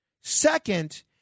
Second